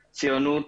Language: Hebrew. ציונות,